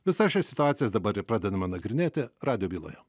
visas šias situacijas dabar pradedama nagrinėti radijo byloje